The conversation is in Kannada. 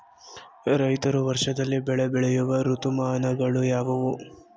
ರೈತರು ವರ್ಷದಲ್ಲಿ ಬೆಳೆ ಬೆಳೆಯುವ ಋತುಮಾನಗಳು ಯಾವುವು?